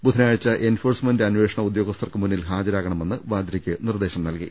ബുധനാഴ്ച enforcement അന്വേഷണ ഉദ്യോഗസ്ഥർക്ക് മുന്നിൽ ഹാജ രാകണമെന്ന് വാദ്രയ്ക്ക് നിർദ്ദേശം നൽകി